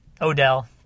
Odell